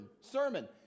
sermon